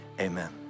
amen